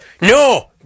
No